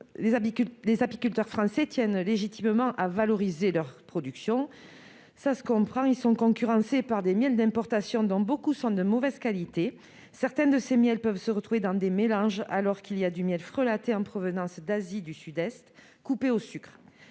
Les apiculteurs français tiennent légitimement à valoriser leur production. Cela se comprend, car ils sont concurrencés par des producteurs de miels d'importation, dont beaucoup sont de mauvaise qualité. Certains de ces miels peuvent se retrouver dans des mélanges, alors même qu'il existe du miel frelaté en provenance d'Asie du Sud-Est, coupé au sucre.